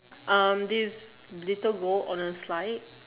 um this little boy on the slide